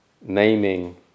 Naming